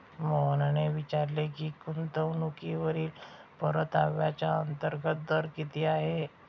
मोहनने विचारले की गुंतवणूकीवरील परताव्याचा अंतर्गत दर किती आहे?